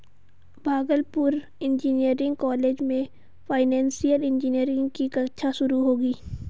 Bhagalpur engineering college में financial engineering की कक्षा शुरू होगी